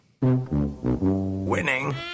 Winning